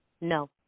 No